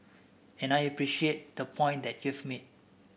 and I appreciate the point that you've made